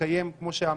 לקיים, כמו שאמרת,